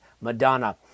Madonna